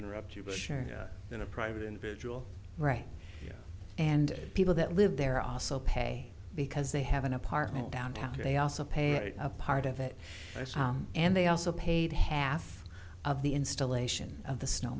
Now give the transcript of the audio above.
interrupt you but sure in a private individual right and people that live there also pay because they have an apartment downtown they also pay a part of it and they also paid half of the installation of the snow